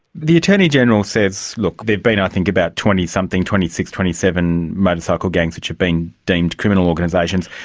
the attorney-general says, look, there've been i think about twenty something, twenty six, twenty seven motorcycle gangs which have been deemed criminal organisations.